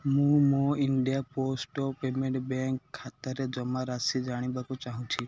ମୁଁ ମୋର India post payment bank ଖାତାରେ ଜମାରାଶି ଜାଣିବାକୁ ଚାହୁଁଛି